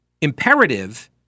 imperative